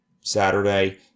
Saturday